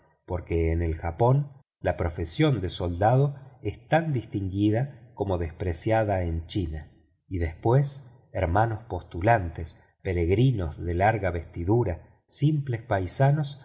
porque en el japón la profesión de soldado es tan distinguida como despreciada en china y después hermanos postulares peregrinos de larga vestidura simples paisanos